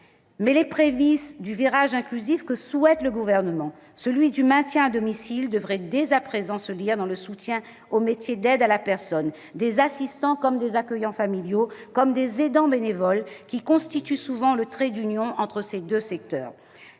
Mais les prémices du virage inclusif que souhaite le Gouvernement, celui du maintien à domicile, devraient dès à présent se lire dans le soutien aux métiers d'aide à la personne, aux assistants et accueillants familiaux comme aux aidants bénévoles, qui constituent souvent le trait d'union entre ces deux secteurs.